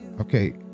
Okay